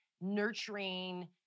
nurturing